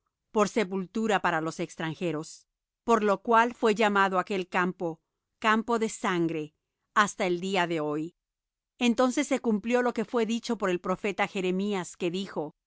por sepultura para los extranjeros por lo cual fué llamado aquel campo campo de sangre hasta el día de hoy entonces se cumplió lo que fué dicho por el profeta jeremías que dijo